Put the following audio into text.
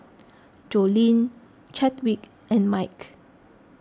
Joleen Chadwick and Mike